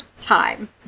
time